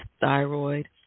thyroid